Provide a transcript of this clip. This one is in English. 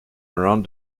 around